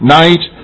night